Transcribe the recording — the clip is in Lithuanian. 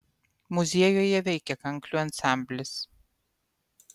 muziejuje veikia kanklių ansamblis